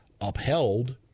upheld